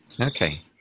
Okay